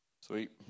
Sweet